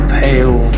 pale